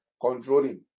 controlling